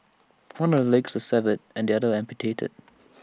one of her legs severed and the other amputated